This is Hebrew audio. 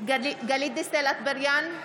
גלית דיסטל אטבריאן,